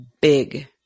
big